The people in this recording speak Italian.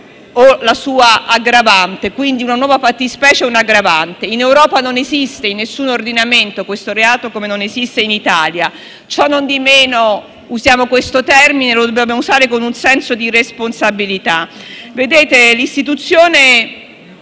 o la sua aggravante (una nuova fattispecie e una aggravante). In Europa non esiste in alcun ordinamento questo reato, come non esiste in Italia. Cionondimeno usiamo questo termine, e lo dobbiamo usare con un senso di responsabilità. Molto altro